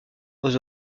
aux